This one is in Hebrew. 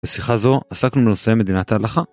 בשיחה זו עסקנו לנושא מדינת ההלכה.